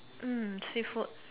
um seafood